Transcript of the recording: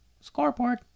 Scoreboard